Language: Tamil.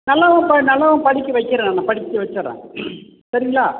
நல்லா தான் ப நல்லா தான் படிக்க வைக்கிறேன் படிக்க வச்சிடுறேன் சரிங்களா